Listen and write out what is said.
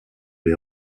les